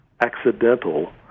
accidental